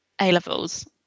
A-levels